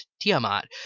Tiamat